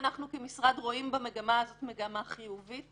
אנחנו כמשרד רואים במגמה הזאת מגמה חיובית,